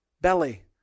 belly